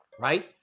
right